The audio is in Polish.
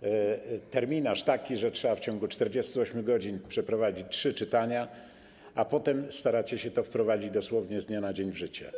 taki terminarz, że trzeba w ciągu 48 godzin przeprowadzić trzy czytania, a potem staracie się to wprowadzić dosłownie z dnia na dzień w życie.